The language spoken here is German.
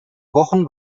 wochen